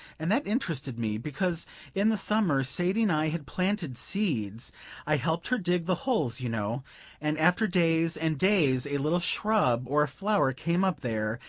and that interested me, because in the summer sadie and i had planted seeds i helped her dig the holes, you know and after days and days a little shrub or a flower came up there,